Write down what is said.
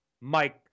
Mike